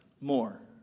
more